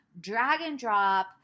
drag-and-drop